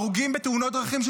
הרוגים בתאונות דרכים,